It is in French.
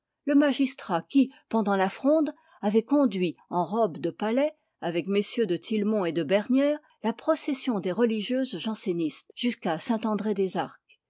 le magistrat qui pendant la fronde avait conduit en robe de palais avec mm de tillemont et de bernières la procession des religieuses jansénistes jusqu'à